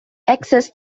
access